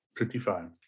55